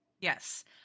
Yes